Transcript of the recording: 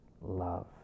love